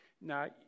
Now